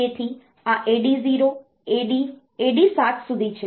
તેથી આ AD0AD AD7 સુધી છે